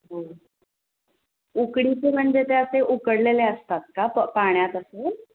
हो उकडीचे म्हणजे ते असे उकडलेले असतात का प पाण्यात असे